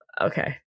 Okay